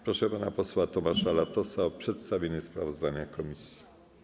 Proszę pana posła Tomasza Latosa o przedstawienie sprawozdania komisji.